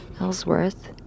Ellsworth